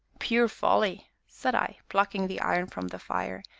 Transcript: pure folly! said i, plucking the iron from the fire,